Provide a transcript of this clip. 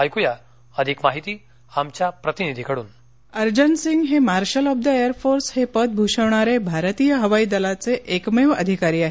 ऐक्या अधिक माहिती आमच्या प्रतिनिधीकड्न अर्जन सिंग हे marshal of the air force हे पद भूषवणारे भारतीय हवाईदलाचे एकमेव अधिकारी आहेत